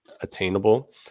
attainable